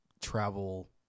travel